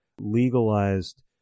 legalized